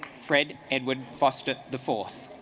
fred edward buster the fourth